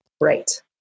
Right